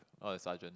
all the sergeant